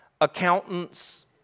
accountants